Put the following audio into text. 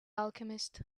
alchemist